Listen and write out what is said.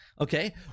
okay